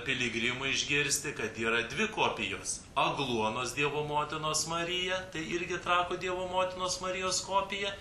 piligrimų išgirsti kad yra dvi kopijos agluonos dievo motinos marija tai irgi trakų dievo motinos marijos kopija